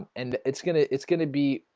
and it's gonna. it's gonna be